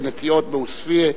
בנטיעות בעוספיא.